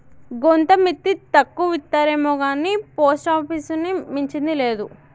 గోంత మిత్తి తక్కువిత్తరేమొగాని పోస్టాపీసుని మించింది లేదు